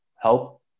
help